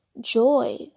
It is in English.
joy